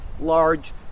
large